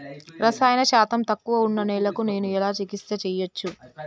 రసాయన శాతం తక్కువ ఉన్న నేలను నేను ఎలా చికిత్స చేయచ్చు?